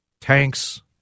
tanks